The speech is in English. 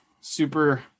super